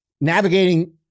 navigating